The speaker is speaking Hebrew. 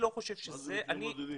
מה זה מקרים בודדים?